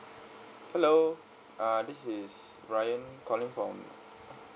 hello uh this is ryan calling from